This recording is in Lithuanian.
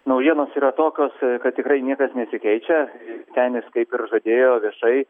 naujienos yra tokios kad tikrai niekas nesikeičia vytenis kaip ir žadėjo viešai